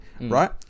right